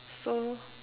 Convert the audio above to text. so